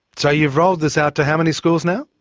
so you've rolled this out to how many schools now?